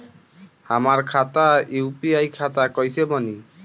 हमार खाता यू.पी.आई खाता कईसे बनी?